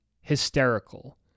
hysterical